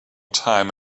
time